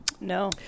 no